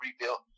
rebuilt